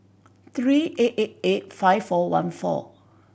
three eight eight eight five four one four